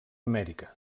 amèrica